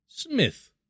Smith